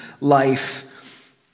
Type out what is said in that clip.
life